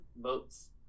votes